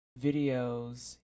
videos